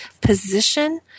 position